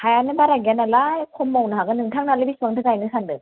हायानो बारा गैया नालाय खम मावनो हागोन नोंथानालाय बिसिबांथो गायनो सान्दों